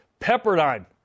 Pepperdine